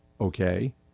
Okay